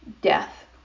Death